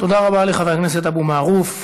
תודה רבה לחבר הכנסת אבו מערוף.